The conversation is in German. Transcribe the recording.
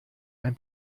ein